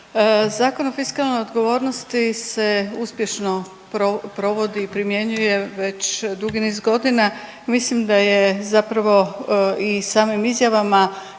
Zakon o fiskalnoj odgovornosti se uspješno provodi, primjenjuje već dugi niz godina. Mislim da je zapravo i samim izjavama